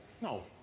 No